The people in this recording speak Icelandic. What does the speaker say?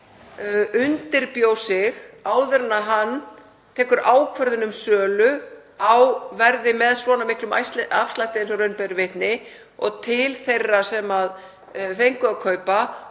undirbjó sig áður en hann tók ákvörðun um sölu með svona miklum afslætti eins og raun ber vitni til þeirra sem fengu að kaupa